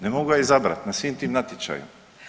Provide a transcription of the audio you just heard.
Ne mogu ja izabrati, na svim tim natječajima.